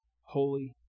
holy